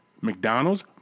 McDonald's